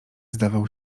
zdawał